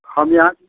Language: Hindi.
हम यहाँ